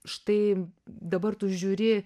štai dabar tu žiūri